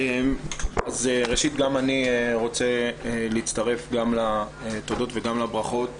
ראשית, גם אני רוצה להצטרף לתודות ולברכות.